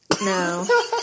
No